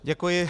Děkuji.